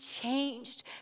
changed